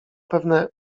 pewne